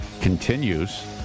continues